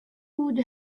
would